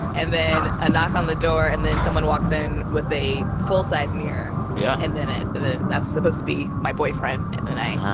and then a knock on the door, and then someone walks in with a full-size mirror yeah and then i then that's supposed to be my boyfriend. and then i. ah.